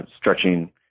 stretching